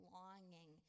longing